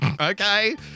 okay